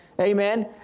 Amen